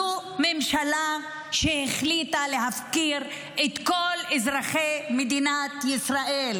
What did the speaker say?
זאת ממשלה שהחליטה להפקיר את כל אזרחי מדינת ישראל,